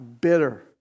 bitter